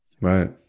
Right